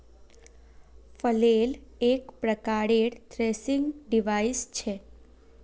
flail एक प्रकारेर threshing device छ